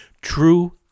true